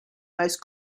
most